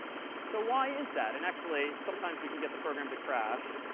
so why is that? and actually, sometimes we can get the program to crash.